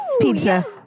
pizza